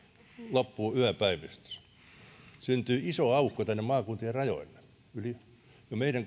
loppuu yöpäivystys syntyy iso aukko maakuntien rajoille jo meidän